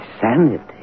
sanity